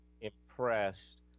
impressed